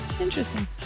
Interesting